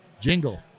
jingle